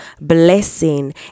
blessing